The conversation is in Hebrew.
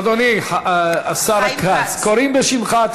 אדוני השר כץ, קוראים בשמך.